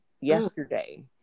yesterday